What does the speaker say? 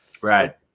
Right